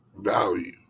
value